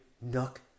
nook